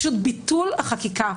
פשוט ביטול החקיקה.